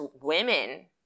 women